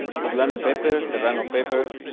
poblano pepper, serrano pepper,